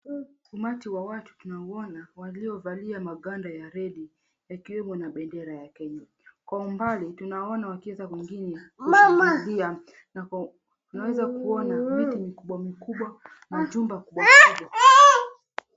Umati wa watu tunaona waliovalia maganda ya reli yakiwemo na bendera ya Kenya. Kwa umbali tunawaona wakiweka zingine kwenye njia. Tunaweza kuona miti mikubwa mikubwa na jumba kubwa kubwa.